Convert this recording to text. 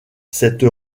cette